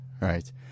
Right